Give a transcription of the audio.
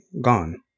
gone